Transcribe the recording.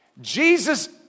Jesus